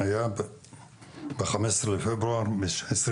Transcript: ב-15 בפברואר 2022,